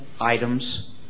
items